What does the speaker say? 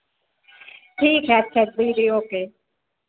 ठीक है अच्छा दीदी ओके